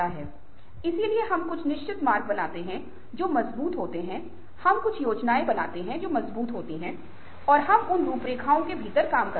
इसलिए हम कुछ निश्चित मार्ग बनाते हैं जो मजबूत होते हैं हम कुछ योजनाएं बनाते हैं जो मजबूत होती हैं और हम उन रूपरेखाओं के भीतर काम करते हैं